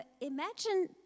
imagine